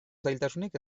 zailtasunik